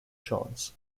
chance